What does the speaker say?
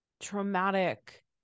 traumatic